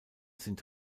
sind